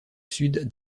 sud